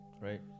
Right